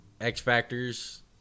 X-Factors